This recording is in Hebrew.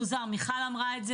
מיכל אמרה,